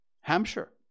Hampshire